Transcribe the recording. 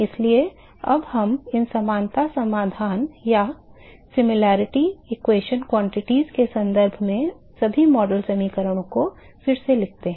इसलिए अब हम इन समानता समाधान मात्राओं के संदर्भ में सभी मॉडल समीकरणों को फिर से लिखते हैं